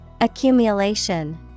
Accumulation